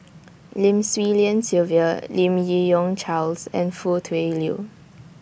Lim Swee Lian Sylvia Lim Yi Yong Charles and Foo Tui Liew